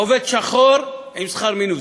עובד שחור עם שכר מינימום.